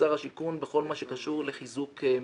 שר השיכון בכל מה שקשור לחיזוק מבנים,